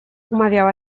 umawiała